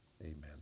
amen